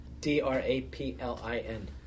D-R-A-P-L-I-N